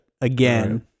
again